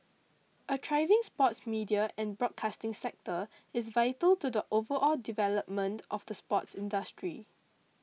a thriving sports media and broadcasting sector is vital to the overall development of the sports industry